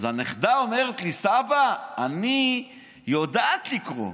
אז הנכדה אומרת לי: אני יודעת לקרוא.